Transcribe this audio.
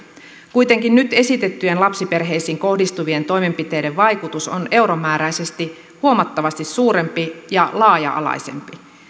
kuitenkin nyt esitettyjen lapsiperheisiin kohdistuvien toimenpiteiden vaikutus on euromääräisesti huomattavasti suurempi ja laaja alaisempi